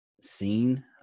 seen